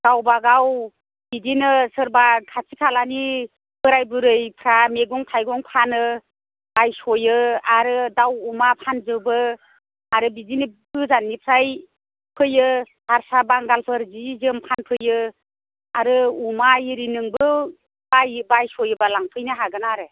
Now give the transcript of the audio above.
गावबा गाव बिदिनो सोरबा खाथि खालानि बोराय बुरैफ्रा मैगं थाइगं फानो बायस'यो आरो दाउ अमा फानजोबो आरो बिदिनो गोजाननिफ्राय फैयो हार्सा बांगालफोर जि जोम फानफैयो आरो अमा एरि नोंबो बायो बायस'योबा लांफैनो हागोन आरो